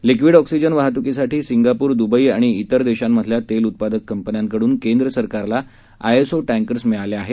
liquid oxygen वाहतुकीसाठी Singapore Dubai आणि तिर देशांमधल्या तेल उत्पादक कंपन्यांकडून केंद्र सरकारला आयएसओ टँकर्स मिळाले आहेत